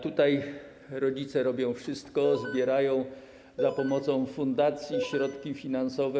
Tutaj rodzice robią wszystko, zbierają za pomocą fundacji środki finansowe.